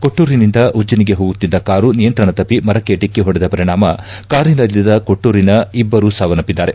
ಕೊಟ್ನೂರಿನಿಂದ ಉಜ್ಜಿನಿಗೆ ಹೋಗುತ್ತಿದ್ದ ಕಾರು ನಿಯಂತ್ರಣ ತಪ್ಪಿ ಮರಕ್ಕೆ ಡಿಕ್ಕಿ ಹೊಡೆದ ಪರಿಣಾಮ ಕಾರಿನಲ್ಲಿದ್ದ ಕೊಟ್ಟೂರಿನ ಇಬ್ಬರು ಸಾವನ್ನಪ್ಪಿದ್ದಾರೆ